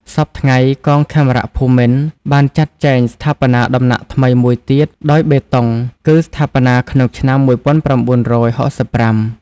សព្វថ្ងៃ កងខេមរភូមិន្ទ បានចាត់ចែងស្ថាបនាដំណាក់ថ្មីមួយទៀតដោយបេតុង គឺស្ថាបនាក្នុងឆ្នាំ ១៩៦៥។